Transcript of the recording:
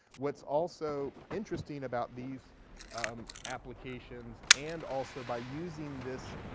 what's also interesting about these applications and also by using this